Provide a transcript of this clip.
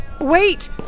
wait